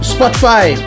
Spotify